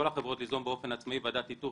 החברות תיזום באופן עצמאי ועדת איתור